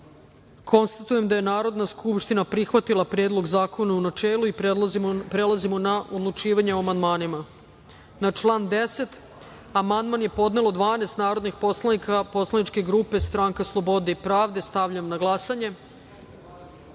poslanika. Konstatujem da je Narodna skupština prihvatila Predlog zakona u načelu. Prelazimo na odlučivanje o amandmanima. Na član 10. amandman je podnelo 12 narodnih poslanika poslaničke grupe Stranka slobode i pravde. Stavljam na glasanje